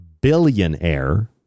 billionaire